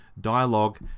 Dialogue